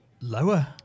Lower